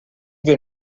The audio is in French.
des